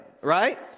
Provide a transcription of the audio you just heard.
right